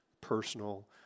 personal